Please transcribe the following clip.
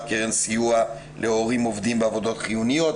קרן סיוע להורים עובדים בעבודות חיוניות,